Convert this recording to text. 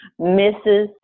Mrs